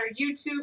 YouTube